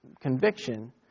conviction